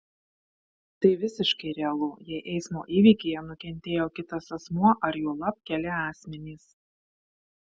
tai visiškai realu jei eismo įvykyje nukentėjo kitas asmuo ar juolab keli asmenys